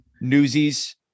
Newsies